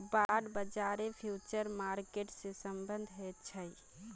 bond बाजारेर future market से सम्बन्ध ह छे